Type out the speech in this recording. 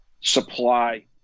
supply